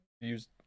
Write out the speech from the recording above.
use